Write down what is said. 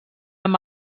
amb